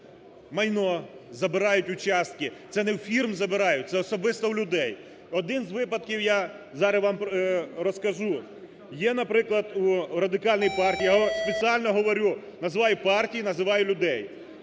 майно, забирають участки, це не у фірм забирають, це особисто у людей. Один з випадків я зараз вам розкажу. Є, наприклад, у Радикальної партії, я спеціально говорю, називаю партії, називаю людей,